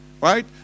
Right